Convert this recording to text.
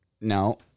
no